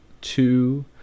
two